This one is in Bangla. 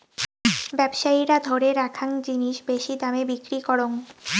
ব্যবসায়ীরা ধরে রাখ্যাং জিনিস বেশি দামে বিক্রি করং